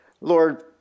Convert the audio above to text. Lord